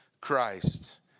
Christ